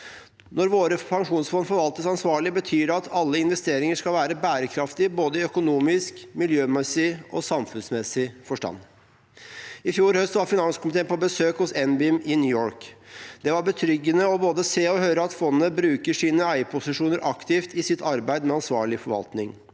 Når våre pen sjonsfond forvaltes ansvarlig, betyr det at alle investeringer skal være bærekraftige, både i økonomisk, i miljømessig og i samfunnsmessig forstand. I fjor høst var finanskomiteen på besøk hos NBIM i New York. Det var betryggende både å se og høre at fondet bruker sine eierposisjoner aktivt i sitt arbeid med ansvarlig forvaltning.